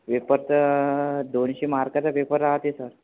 paper त अं दोनशे मार्काचा पेपर राहते सर